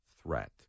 threat